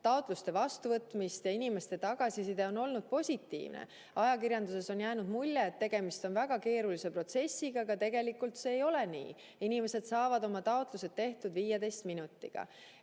toetusetaotluste vastuvõtmist. Inimeste tagasiside on olnud positiivne. Ajakirjandusest on jäänud mulje, et tegemist on väga keerulise protsessiga, aga tegelikult see ei ole nii. Inimesed saavad oma taotlused tehtud 15 minutiga.